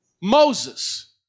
Moses